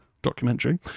Documentary